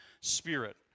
spirit